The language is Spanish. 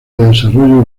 desarrollo